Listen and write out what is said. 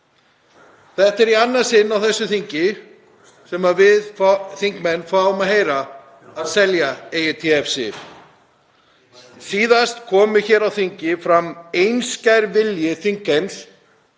Þetta er í annað sinn á þessu þingi sem við þingmenn fáum að heyra að selja eigi TF-SIF. Síðast kom hér á þingi fram einskær vilji þingheims,